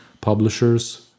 publishers